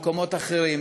ממקומות אחרים,